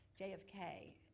JFK